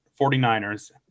49ers